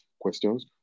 questions